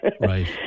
Right